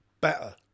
better